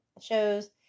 shows